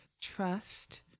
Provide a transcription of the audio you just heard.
trust